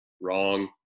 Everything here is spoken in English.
wrong